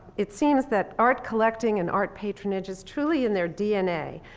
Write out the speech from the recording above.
it seems that art collecting and art patronage is truly in their dna.